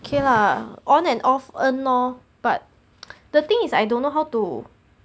K lah on and off earn lor but the thing is I don't know how to